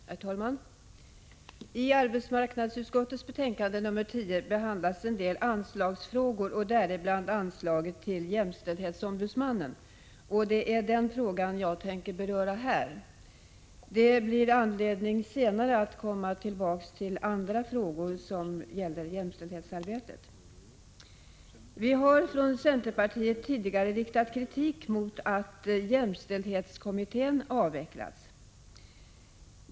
Herr talman! I arbetsmarknadsutskottets betänkande nr 10 behandlas en del anslagsfrågor och däribland anslaget till jämställdhetsombudsmannen. Det är den frågan jag tänker beröra här. Det blir anledning att senare komma tillbaka till andra frågor som gäller jämställdhetsarbetet. Vi har från centerpartiet tidigare riktat kritik mot att jämställdhetskom mittén har avvecklats.